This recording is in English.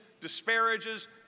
disparages